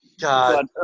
God